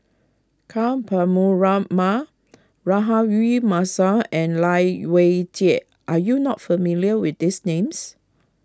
Ka Rahayu Mahzam and Lai Weijie are you not familiar with these names